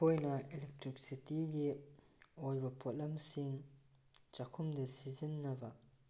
ꯑꯩꯈꯣꯏꯅ ꯏꯂꯦꯛꯇ꯭ꯔꯤꯛꯁꯤꯇꯤꯒꯤ ꯑꯣꯏꯕ ꯄꯣꯠꯂꯝꯁꯤꯡ ꯆꯥꯛꯈꯨꯝꯗ ꯁꯤꯖꯤꯟꯅꯕ